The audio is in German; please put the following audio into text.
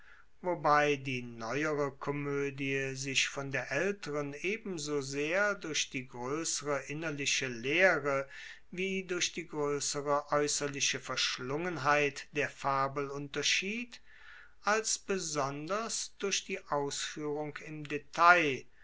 wobei die neuere komoedie sich von der aelteren ebenso sehr durch die groessere innerliche leere wie durch die groessere aeusserliche verschlungenheit der fabel unterschied als besonders durch die ausfuehrung im detail